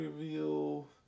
reveal